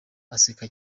aseka